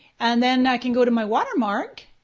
and then i can go to my watermark,